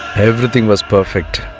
everything was perfect